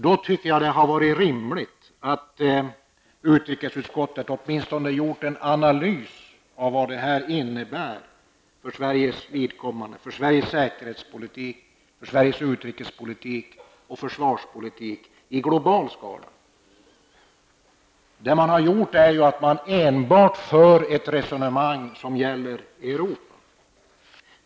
Då hade det varit rimligt att utrikesutskottet åtminstone gjort en analys av vad det innebär för Sveriges vidkommande, för säkerhetspolitik, utrikespolitik och försvarspolitik i global skala. Vad man gjort är att man fört ett resonemang som enbart gäller Europa.